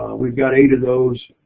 we've got eight of those.